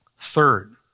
Third